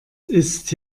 ist